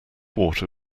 water